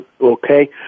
okay